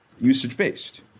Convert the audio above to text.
usage-based